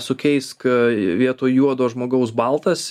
sukeisk vietoj juodo žmogaus baltas